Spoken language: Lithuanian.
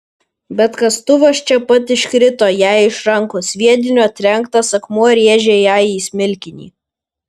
bet kastuvas čia pat iškrito jai iš rankų sviedinio trenktas akmuo rėžė jai į smilkinį